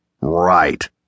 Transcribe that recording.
Right